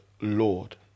Lord